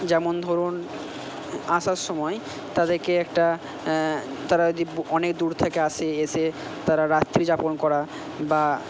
যেমন ধরুন আসার সময় তাদেরকে একটা তারা যদি ব অনেক দূর থেকে আসে এসে তারা রাত্রিযাপন করা বা